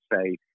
say